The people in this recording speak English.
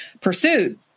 pursued